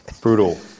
Brutal